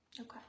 Okay